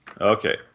Okay